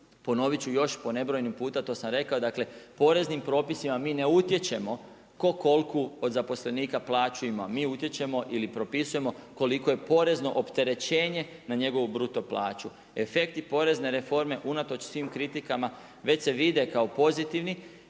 Ponoviti ću još, po nebrojeno puta, to sam rekao, dakle poreznim propisima mi ne utječemo tko koliku od zaposlenika plaću ima, mi utječemo ili propisujemo koliko je porezno opterećenje na njegovu bruto plaću. Efekti porezne reforme unatoč svim kritikama već se vide kao pozitivni.